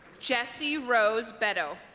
jessie rose beddow